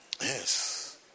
Yes